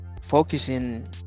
focusing